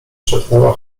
szepnęła